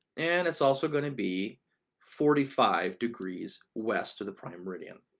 and it's also going to be forty five degrees west to the prime meridian.